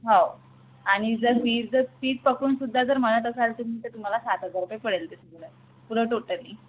हो आणि जर फी जर फीज पकडून सुद्धा जर म्हणत असाल तुम्ही तर तुम्हाला सात हजार रुपये पडेल ते सगळं पुरं टोटली